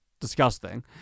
Disgusting